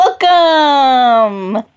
Welcome